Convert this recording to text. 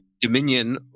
Dominion